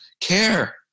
care